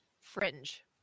fringe